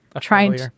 trying